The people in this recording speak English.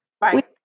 right